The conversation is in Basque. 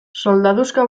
soldaduska